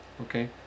Okay